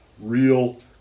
real